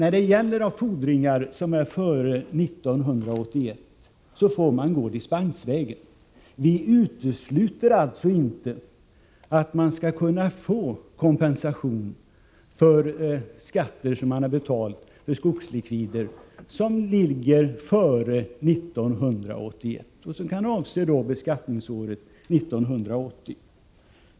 När det gäller fordringar från tiden före 1981 får man gå dispensvägen. Vi utesluter alltså inte kompensation för skatter som man betalt när det gäller skogslikvider före 1981 och som kan avse beskattningsåret 1980.